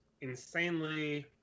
insanely